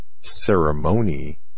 ceremony